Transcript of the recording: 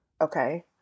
Okay